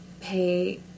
pay